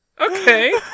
Okay